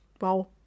wow